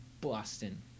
Boston